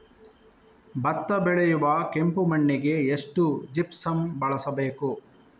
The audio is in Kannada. ಭತ್ತ ಬೆಳೆಯುವ ಕೆಂಪು ಮಣ್ಣಿಗೆ ಎಷ್ಟು ಜಿಪ್ಸಮ್ ಬಳಸಬೇಕು?